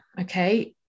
okay